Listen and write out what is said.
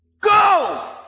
go